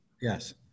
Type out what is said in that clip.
Yes